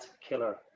killer